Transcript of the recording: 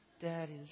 Daddy